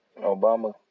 Obama